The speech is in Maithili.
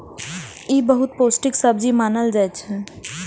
ई बहुत पौष्टिक सब्जी मानल जाइ छै